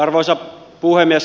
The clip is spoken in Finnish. arvoisa puhemies